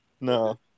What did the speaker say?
No